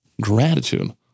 gratitude